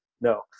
No